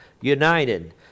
united